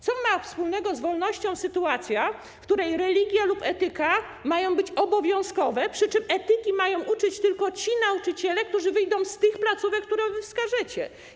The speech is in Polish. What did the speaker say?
Co ma wspólnego z wolnością sytuacja, w której religia lub etyka mają być obowiązkowe, przy czym etyki mają uczyć tylko ci nauczyciele, którzy wyjdą z tych placówek, które wy wskażecie?